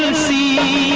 see.